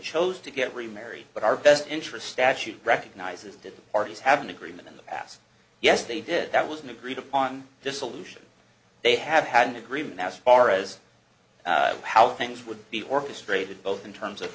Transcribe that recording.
chose to get remarried but our best interest statute recognizes that the parties have an agreement in the past yes they did that was an agreed upon dissolution they have had an agreement as far as how things would be orchestrated both in terms of